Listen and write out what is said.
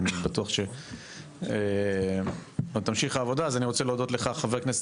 ואני בטוח שעוד תמשיך העבודה אז אני רוצה להודות לך חבר הכנסת